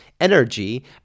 energy